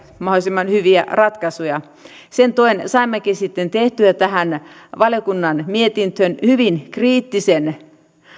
mahdollisimman hyviä ratkaisuja sen työn saimmekin sitten tehtyä tähän valiokunnan mietintöön hyvin kriittisen